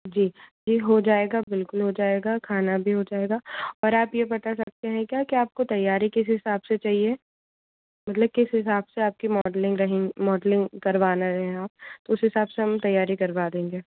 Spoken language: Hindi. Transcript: जी जी हो जाएगा बिल्कुल हो जाएगा खाना भी हो जाएगा और आप यह बता सकते हैं क्या की आपको तैयारी किस हिसाब से चाहिए मतलब किस हिसाब से आपकी मॉडलिंग रही मॉडलिंग करवाना है आप उस हिसाब से हम तैयारी करवा देंगे